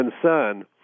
concern